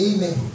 Amen